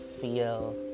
feel